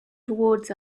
towards